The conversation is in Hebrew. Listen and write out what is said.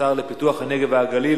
השר לפיתוח הנגב והגליל,